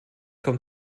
kommt